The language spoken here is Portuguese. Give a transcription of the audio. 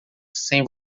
sem